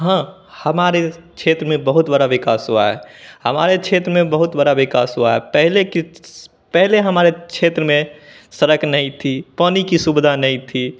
हाँ हमारे क्षेत्र में बहुत बड़ा विकास हुआ है हमारे क्षेत्र में बहुत बड़ा विकास हुआ है पहले की पहले हमारे क्षेत्र में सड़क नहीं थी पानी की सुविधा नहीं थी